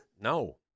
No